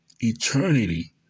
eternity